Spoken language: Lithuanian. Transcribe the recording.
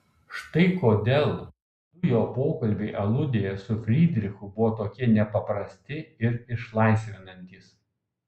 štai kodėl du jo pokalbiai aludėje su frydrichu buvo tokie nepaprasti ir išlaisvinantys